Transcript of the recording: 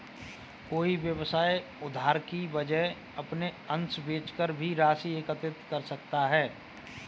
कोई व्यवसाय उधार की वजह अपने अंश बेचकर भी राशि एकत्रित कर सकता है